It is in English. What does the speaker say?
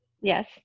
Yes